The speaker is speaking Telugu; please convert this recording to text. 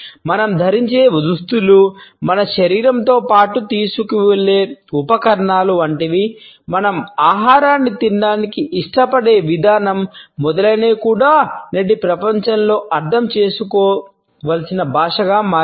మనం ధరించే దుస్తులు మన శరీరంతో పాటు తీసుకువెళ్ళే ఉపకరణాలు వంటివి మనం ఆహారాన్ని తినడానికి ఇష్టపడే విధానం మొదలైనవి కూడా నేటి ప్రపంచంలో అర్థం చేసుకోవలసిన భాషగా మారాయి